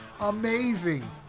amazing